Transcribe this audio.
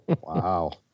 Wow